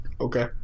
okay